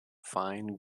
fine